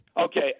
Okay